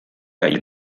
haien